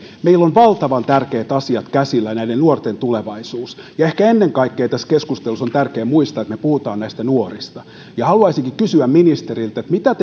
on tärkeää meillä on valtavan tärkeät asiat käsillä näiden nuorten tulevaisuus ja ehkä tässä keskustelussa on tärkeää muistaa ennen kaikkea että me puhumme näistä nuorista ja haluaisinkin kysyä ministeriltä mitä